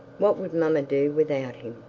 what would mamma do without him?